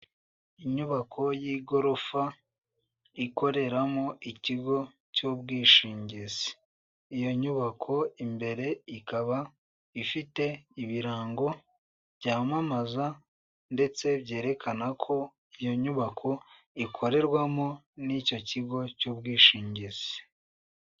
Inyubako y'igorofa ikoreramo ikigo cy'ubwishingizi. Iyo nyubako imbere ikaba ifite ibirango byamamaza ndetse byerekana ko iyo nyubako ikorerwamo n'icyo kigo cy'ubwishingizi.